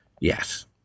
Yes